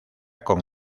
con